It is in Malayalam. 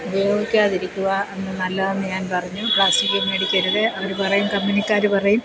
ഉപയോഗിക്കാതിരിക്കുകയാണ് നല്ലതെന്ന് ഞാൻ പറഞ്ഞു പ്ലാസ്റ്റിക്ക് മേടിക്കരുത് അവർ പറയും കമ്പനിക്കാർ പറയും